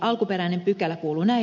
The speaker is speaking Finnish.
alkuperäinen pykälä kuuluu näin